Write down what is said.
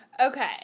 Okay